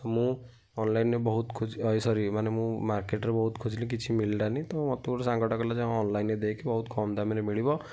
ତ ମୁଁ ଅନଲାଇନ୍ରେ ବହୁତ ଏ ସରି ମାନେ ମୁଁ ମାର୍କେଟ୍ରେ ବହୁତ ଖୋଜିଲି କିଛି ମିଳିଲାନି ତ ମୋତେ ଗୋଟେ ସାଙ୍ଗଟେ କହିଲା ଯେ ହଁ ଅନଲାଇନ୍ରେ ଦେଖେ ବହୁତ କମ୍ ଦାମରେ ମିଳିବ